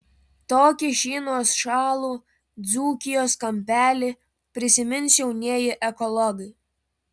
tokį šį nuošalų dzūkijos kampelį prisimins jaunieji ekologai